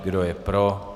Kdo je pro.